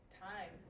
time